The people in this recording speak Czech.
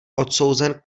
odsouzen